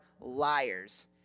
liars